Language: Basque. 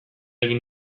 egin